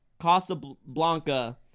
Casablanca